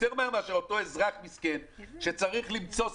יותר מהר מאשר אותו אזרח מסכן שצריך למצוא ספק,